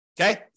okay